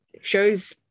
shows